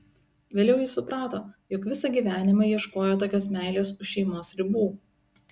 vėliau jis suprato jog visą gyvenimą ieškojo tokios meilės už šeimos ribų